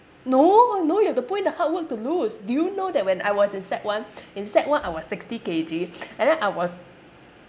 no no you have to put in the hard work to lose do you know that when I was in sec one in sec one I was sixty K_G and then I was